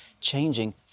changing